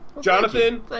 Jonathan